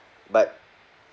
but